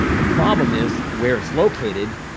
the problem is where it's located.